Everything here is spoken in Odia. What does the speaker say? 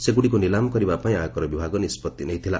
ସେଗୁଡିକ୍ ନିଲାମ କରିବାପାଇଁ ଆୟକର ବିଭାଗ ନିଷ୍ପଭି ନେଇଥିଲା